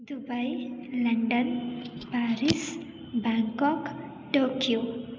Dubai London Paris Bangkok Tokyo